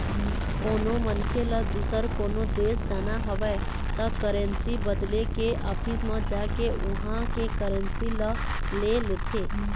कोनो मनखे ल दुसर कोनो देश जाना हवय त करेंसी बदले के ऑफिस म जाके उहाँ के करेंसी ल ले लेथे